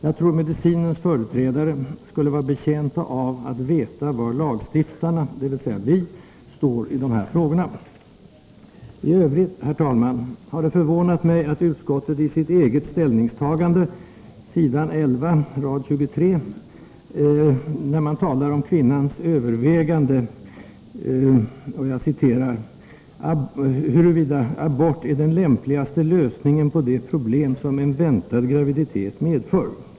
Jag tror att medicinens företrädare skulle vara betjänta av att veta var lagstiftarna — dvs. vi — står i de här frågorna. I övrigt, herr talman, har det förvånat mig att utskottet i sitt eget ställningstagande, på s. 11 r. 23, talar om kvinnans övervägande huruvida ”abort är den lämpligaste lösningen på de problem som en väntad graviditet medför”.